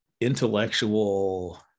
intellectual